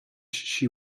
she